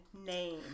name